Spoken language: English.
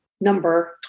number